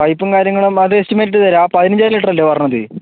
പൈപ്പും കാര്യങ്ങളും അത് എസ്റ്റിമേറ്റ് ഇട്ട് തരാം പതിനഞ്ചായിരം ലിറ്റർ അല്ലേ പറഞ്ഞത്